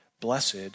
blessed